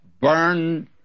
burned